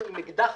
מולנו עם אקדח